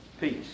peace